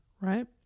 right